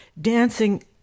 dancing